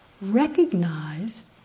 Recognize